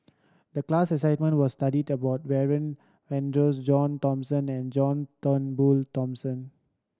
the class assignment was studied about Warren Fernandez John Thomson and John Turnbull Thomson